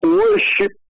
worship